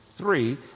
three